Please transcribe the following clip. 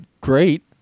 great